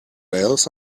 else